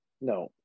No